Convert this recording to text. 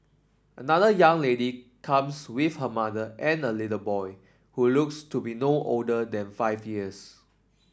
another young lady comes with her mother and a little boy who looks to be no older than five years